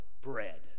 bread